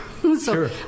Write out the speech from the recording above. Sure